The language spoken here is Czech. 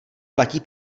platí